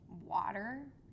water